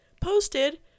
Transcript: posted